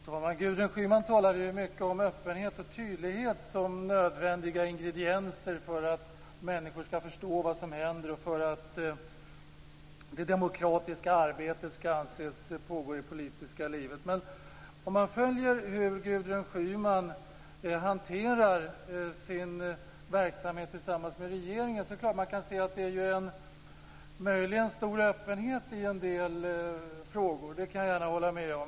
Herr talman! Gudrun Schyman talade mycket om öppenhet och tydlighet som nödvändiga ingredienser för att människor skall förstå vad som händer och för att det demokratiska arbetet skall anses pågå i det politiska livet. Om man följer hur Gudrun Schyman hanterar sin verksamhet tillsammans med regeringen är det klart att man kan säga att det möjligen är en stor öppenhet i en del frågor. Det kan jag nog hålla med om.